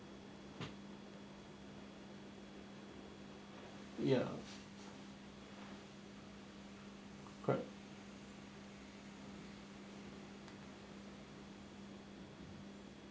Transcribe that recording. ya correct